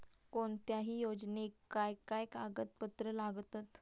कोणत्याही योजनेक काय काय कागदपत्र लागतत?